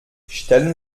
stellen